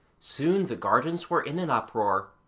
soon the gardens were in an uproar.